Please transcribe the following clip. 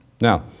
Now